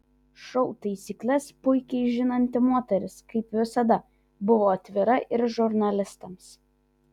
šou taisykles puikiai žinanti moteris kaip visada buvo atvira ir žurnalistams